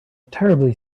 terribly